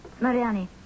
Mariani